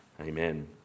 Amen